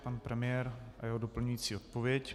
Pan premiér a jeho doplňující odpověď.